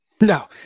No